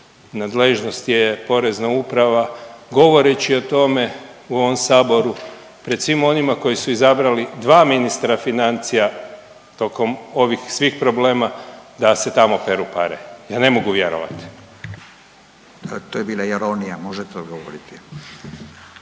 nadležnosti je Porezna uprava govoreći o tome u ovom Saboru pred svim onima koji su izabrali dva ministra financija tokom ovih svih problema da se tamo peru pare, ja ne mogu vjerovati. **Radin, Furio (Nezavisni)**